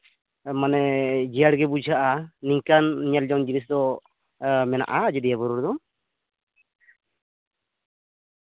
ᱢᱟᱱᱮ ᱡᱤᱭᱟᱹᱲ ᱜᱮ ᱵᱩᱡᱷᱟᱹᱜᱼᱟ ᱱᱤᱝᱠᱟᱹᱱ ᱧᱮᱞ ᱡᱚᱝ ᱡᱤᱱᱤᱥ ᱫᱚ ᱢᱮᱱᱟᱜᱼᱟ ᱟᱡᱚᱫᱤᱭᱟᱹ ᱵᱩᱨᱩ ᱨᱮᱫᱚ